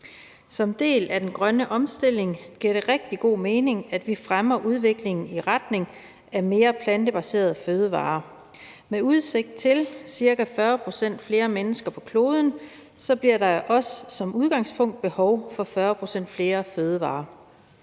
Som en del af den grønne omstilling giver det rigtig god mening, at vi fremmer udviklingen i retning af flere plantebaserede fødevarer. Med udsigt til ca. 40 pct. flere mennesker på kloden bliver der også som udgangspunkt behov for 40 pct. flere fødevarer.